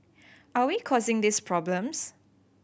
are we causing these problems